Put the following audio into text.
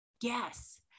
Yes